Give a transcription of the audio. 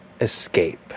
escape